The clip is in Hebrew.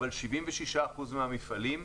אבל 76% מהמפעלים,